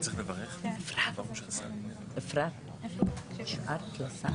מי נמנע?